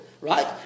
Right